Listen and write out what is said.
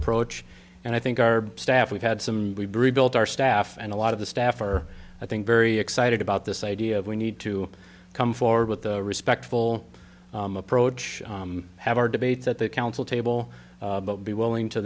approach and i think our staff we've had some we've built our staff and a lot of the staff are i think very excited about this idea of we need to come forward with a respectful approach have our debates at the counsel table be willing to